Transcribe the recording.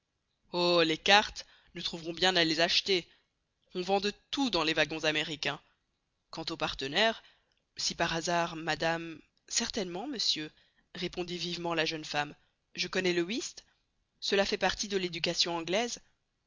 oh les cartes nous trouverons bien à les acheter on vend de tout dans les wagons américains quant aux partenaires si par hasard madame certainement monsieur répondit vivement la jeune femme je connais le whist cela fait partie de l'éducation anglaise